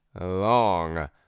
long